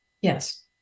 yes